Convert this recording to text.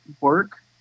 work